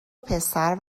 پسر